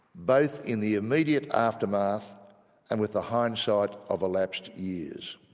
both in the immediate aftermath and with the hindsight of elapsed years.